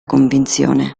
convinzione